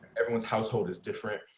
everyone's household is different.